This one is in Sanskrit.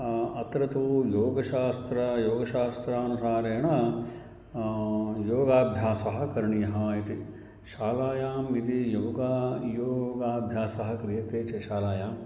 अत्र तु योगशास्त्रं योगशास्त्रानुसारेण योगाभ्यासः करणीयः इति शालायाम् इति योग योगाभ्यासः क्रियते चेत् शालायां